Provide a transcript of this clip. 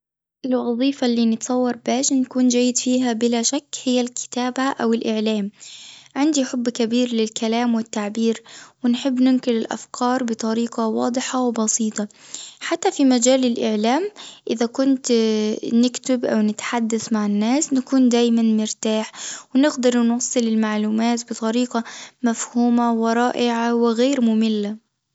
الوظيفة اللي نتصور باش نكون جيد فيها بلا شك هي الكتابة أو الإعلام عندي حب كبير للكلام والتعبير ونحب ننقل الأفكار بطريقة واضحة وبسيطة حتى في مجال الإعلام إذا كنت نكتب أو نتحدث مع الناس نكون دايمًا مرتاح ونقدر نوصل المعلومات بطريقة مفهومة ورائعة وغير مملة.